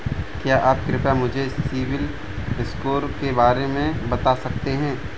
क्या आप कृपया मुझे सिबिल स्कोर के बारे में बता सकते हैं?